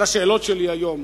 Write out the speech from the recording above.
על השאלות שלי היום.